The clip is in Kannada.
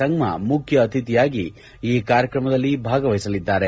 ಸಂಗ್ಮಾ ಮುಖ್ಯ ಅತಿಥಿಯಾಗಿ ಈ ಕಾರ್ಯಕ್ರಮದಲ್ಲಿ ಭಾಗವಹಿಸಲಿದ್ದಾರೆ